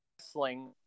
wrestling